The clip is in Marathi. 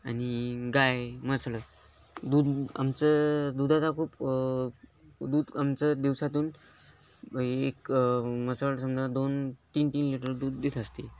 आणि गाय म्हसड दूध आमचं दूधाचा खूप दूध आमचं दिवसातून एक म्हसड समजा दोन तीन तीन लिटर दूध देत असते